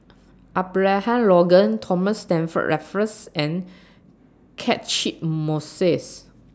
Abraham Logan Thomas Stamford Raffles and Catchick Moses